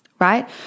right